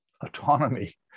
autonomy